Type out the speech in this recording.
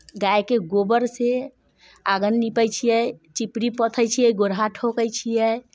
गायके गोबरसँ आङ्गन नीपै छियै चिपड़ी पथै छियै गोरहा ठोकै छियै